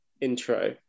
intro